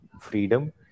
freedom